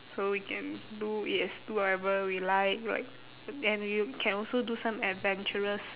so we can do it as do whatever we like like then you can also do some adventurous